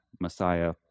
Messiah